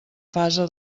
fase